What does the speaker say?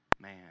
man